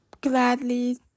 gladly